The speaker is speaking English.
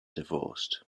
divorced